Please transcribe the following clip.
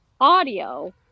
audio